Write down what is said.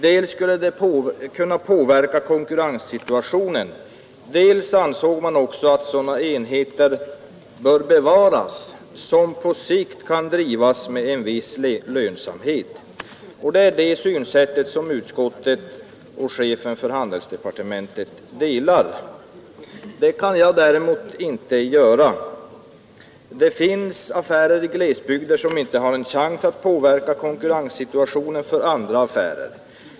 Dels skulle det kunna påverka konkurrenssituationen, dels ansåg man att sådana enheter bör bevaras som på sikt kan drivas med en viss lönsamhet. Det är det synsättet som utskottet och chefen för handelsdepartementet delar. Det kan jag däremot inte göra. I glesbygder förekommer det affärer som inte har en chans att påverka konkurrenssituationen för andra affärer.